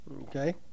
Okay